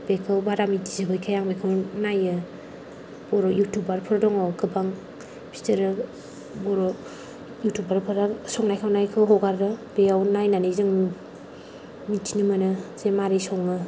बेखौ बारा मिन्थिजोबैखाय आं बेखौ नायो बर' युटुबारफोर दङ गोबां बिसोरो बर' युटुबारफोरा संनाय खावनायखौ हगारो बेयाव नायनानै जों मिन्थिनो मोनो जे माबोरै सङो